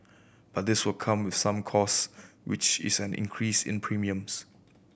but this will come with some costs which is an increase in premiums